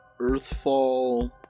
Earthfall